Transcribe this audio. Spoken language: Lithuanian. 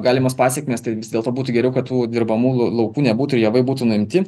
galimos pasekmės tai vis dėlto būtų geriau kad tų dirbamų laukų nebūtų ir javai būtų nuimti